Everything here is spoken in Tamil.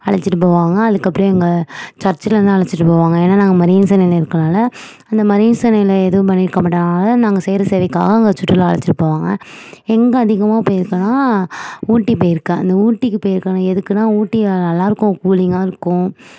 அழைச்சிட்டு போவாங்க அதுக்கு அப்புறம் எங்கள் சர்ச்சில் இருந்து அழைச்சிட்டு போவாங்க ஏன்னால் நாங்கள் மரியம் சென்னையில்இருக்கறனால அந்த மரியம் சென்னையில் எதுவும் பண்ணியிருக்க மாட்டதுனால நாங்கள் செய்கிற சேவைக்காக அங்கே சுற்றுலா அழைச்சிட்டு போவாங்க எங்கே அதிகமாக போயிருக்கேனா ஊட்டி போயிருக்கேன் அந்த போயிருக்கேன் எதுக்குனால் ஊட்டி நல்லா இருக்கும் கூலிங்காக இருக்கும்